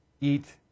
eat